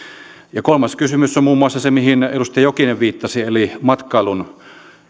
kolmas kysymys on muun muassa se mihin edustaja jokinen viittasi eli matkailun